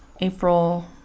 April